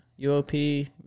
UOP